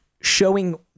showing